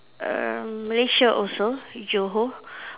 err Malaysia also Johor